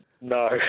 No